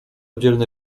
dzielny